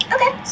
Okay